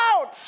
out